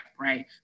right